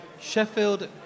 Sheffield